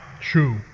true